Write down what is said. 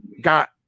got